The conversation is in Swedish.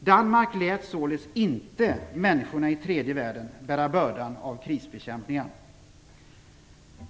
Danmark lät således inte människorna i tredje världen bära bördan av krisbekämpningen.